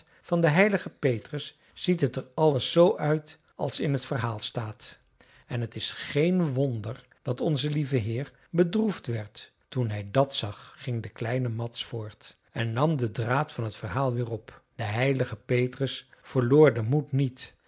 van den heiligen petrus ziet het er alles zoo uit als t in t verhaal staat en het is geen wonder dat onze lieve heer bedroefd werd toen hij dat zag ging de kleine mads voort en nam den draad van t verhaal weer op de heilige petrus verloor den moed niet